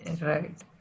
Right